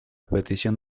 petición